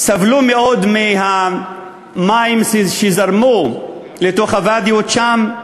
וסבלו מאוד מהמים שזרמו לתוך הוואדיות שם.